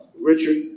Richard